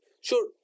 sure